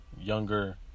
younger